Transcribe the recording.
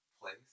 place